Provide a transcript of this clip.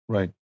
Right